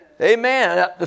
Amen